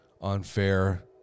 unfair